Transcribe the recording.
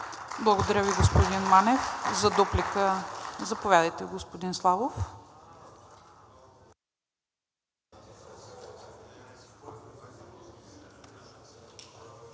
Благодаря Ви, господин Манев. За дуплика – заповядайте, господин Славов.